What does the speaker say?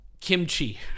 Kimchi